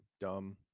dumb